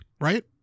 right